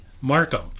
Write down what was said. Markham